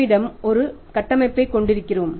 நம்மிடம் ஒரு கட்டமைப்பைக் கொண்டிருக்கிறோம்